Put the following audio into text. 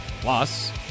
Plus